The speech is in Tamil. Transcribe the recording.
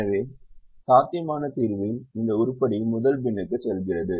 எனவே சாத்தியமான தீர்வில் இந்த உருப்படி முதல் பின்னுக்கு செல்கிறது